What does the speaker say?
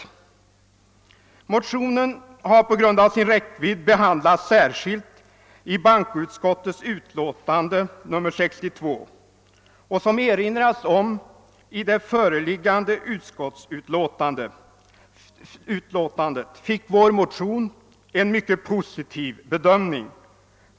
Motionen har på grund av sin räckvidd behandlats särskilt i bankoutskottets utlåtande nr 62. Som det erinras om i föreliggande utskottsutlåtande fick vår motion en mycket positiv bedömning.